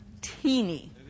teeny